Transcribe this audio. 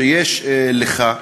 שיש לך.